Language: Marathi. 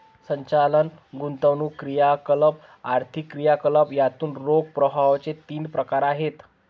संचालन, गुंतवणूक क्रियाकलाप, आर्थिक क्रियाकलाप यातून रोख प्रवाहाचे तीन प्रकार आहेत